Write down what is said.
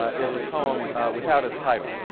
ah is a poem without a title.